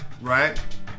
right